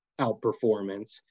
outperformance